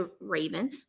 Raven